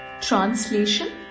Translation